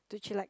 to chillax